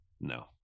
No